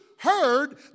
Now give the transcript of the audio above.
heard